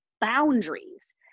boundaries